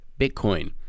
Bitcoin